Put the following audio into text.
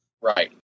Right